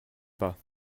pas